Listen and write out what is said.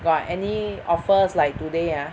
got any offers like today ah